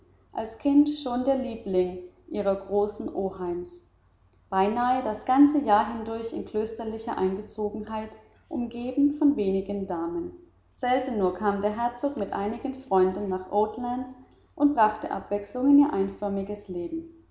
als kind schon der liebling ihres großen oheims beinahe das ganze jahr hindurch in klösterlicher eingezogenheit umgeben von wenigen damen selten nur kam der herzog mit einigen freunden nach oatlands und brachte abwechslung in ihr einförmiges leben